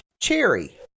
Cherry